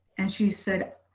and she said,